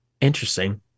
Interesting